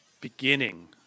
beginning